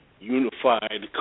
unified